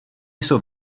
jsou